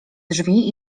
drzwi